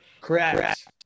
Correct